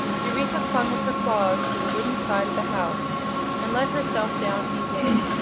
eureka clung with her claws to the wooden side of the house and let herself down easily.